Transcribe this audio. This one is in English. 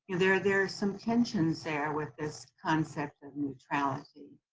there there are some tensions there with this concept of neutrality.